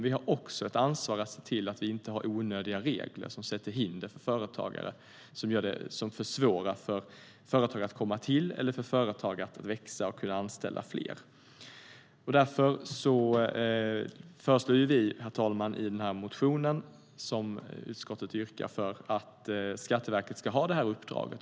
Vi har också ett ansvar för att se till att vi inte har onödiga regler som försvårar för företagare att etablera sig eller växa och kunna anställa fler. Herr talman! Därför föreslår vi i motionen, som utskottet yrkar för, att Skatteverket ska ha det här uppdraget.